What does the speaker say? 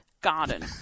garden